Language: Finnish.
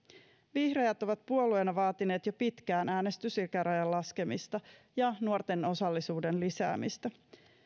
vihreät ovat puolueena vaatineet jo pitkään äänestysikärajan laskemista ja nuorten osallisuuden lisäämistä